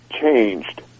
changed